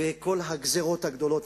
וכל הגזירות הגדולות,